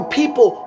people